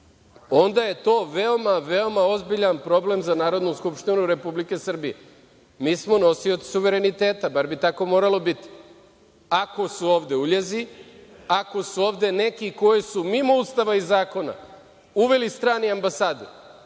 onda je to veoma ozbiljan problem za Narodnu skupštinu Republike Srbije. Mi smo nosioci suvereniteta, bar bi tako moralo biti. Ako su ovde uljezi, ako su ovde neki koji su mimo Ustava i zakona uveli strani ambasadori,